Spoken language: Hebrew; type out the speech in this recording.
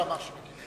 הוא לא אמר שמקימים,